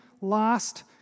lost